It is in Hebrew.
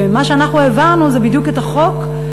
ומה שאנחנו העברנו זה בדיוק את החוק,